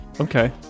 Okay